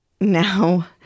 now